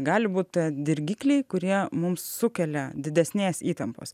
gali būt dirgikliai kurie mums sukelia didesnės įtampos